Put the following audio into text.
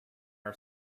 our